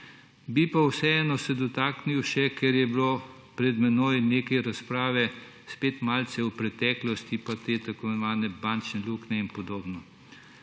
se pa vseeno dotaknil še, ker je bilo pred menoj nekaj razprave, spet malce preteklosti in te tako imenovane bančne luknje in podobno.